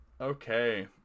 Okay